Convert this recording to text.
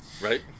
Right